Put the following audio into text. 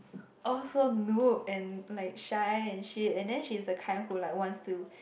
all so noob and like shy and shit and then she's the kind who like wants to